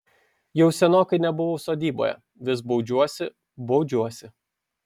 jau senokai nebuvau sodyboje vis baudžiuosi baudžiuosi